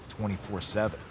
24-7